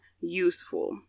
useful